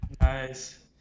Nice